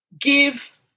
give